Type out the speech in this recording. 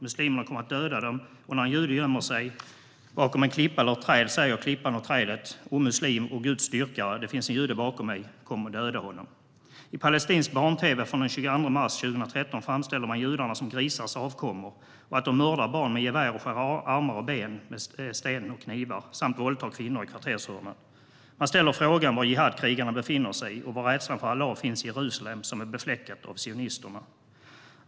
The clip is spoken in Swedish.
Muslimerna kommer att döda dem, och när en jude gömmer sig bakom en klippa eller ett träd säger klippan eller trädet: O muslim, o Guds dyrkare, det finns en jude bakom mig, kom och döda honom. I palestinsk barn-tv från den 22 mars 2013 framställde man judarna som grisars avkommor och att de mördar barn med gevär och skär av armar och ben med sten och knivar samt våldtar kvinnor i kvartershörnen. Man ställer frågan var Jihadkrigarna befinner sig och var rädslan för Allah finns i Jerusalem som är befläckat av sionisterna.